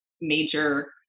major